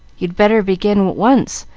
you'd better begin at once,